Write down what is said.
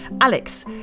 Alex